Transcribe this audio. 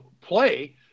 play